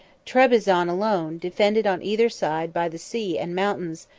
trebizond alone, defended on either side by the sea and mountains,